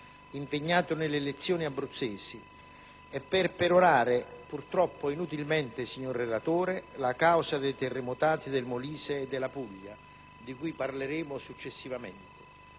impegnato nelle elezioni abruzzesi e per perorare, purtroppo inutilmente, signor relatore, la causa dei terremotati del Molise e della Puglia, di cui parleremo successivamente.